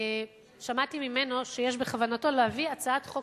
שמעתי ממנו שיש בכוונתו להביא הצעת חוק